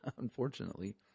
unfortunately